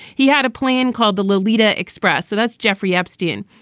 he had a plan called the lolita express. so that's jeffrey epstein.